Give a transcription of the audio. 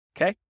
Okay